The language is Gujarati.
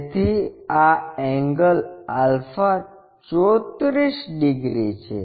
તેથી આ એન્ગલ આલ્ફા 34 ડિગ્રી છે